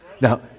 Now